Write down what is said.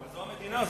זו המדינה.